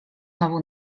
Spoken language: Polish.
znowu